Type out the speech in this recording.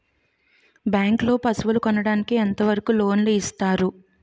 Bank లో పశువుల కొనడానికి ఎంత వరకు లోన్ లు ఇస్తారు?